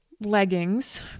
leggings